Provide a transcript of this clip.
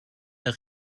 der